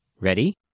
Ready